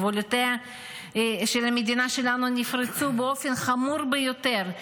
גבולותיה של המדינה שלנו נפרצו באופן חמור ביותר.